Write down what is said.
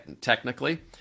technically